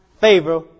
favor